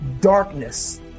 darkness